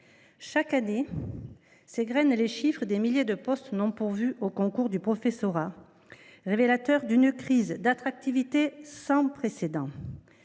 Chaque année s’égrènent les chiffres des milliers de postes non pourvus aux concours du professorat, révélateurs d’une crise d’attractivité sans précédent,